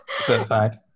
certified